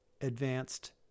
advanced